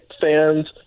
fans